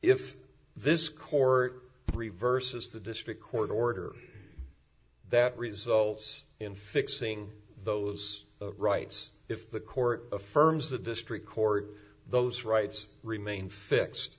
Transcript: if this court reverses the district court order that results in fixing those rights if the court affirms the district court those rights remain